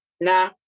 Nah